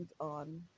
on